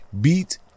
Beat